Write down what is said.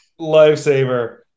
Lifesaver